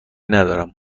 ندارم